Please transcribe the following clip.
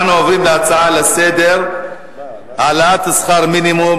אנחנו עוברים להצעות לסדר-היום בנושא: ההסכם להעלאת שכר המינימום,